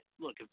look